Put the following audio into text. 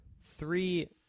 Three